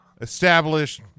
established